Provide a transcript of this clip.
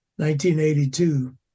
1982